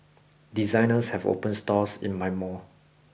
designers have opened stores in my mall